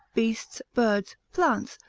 beasts, birds, plants,